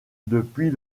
depuis